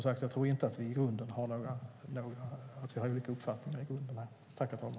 Jag tror inte att vi har olika uppfattning i grunden om detta.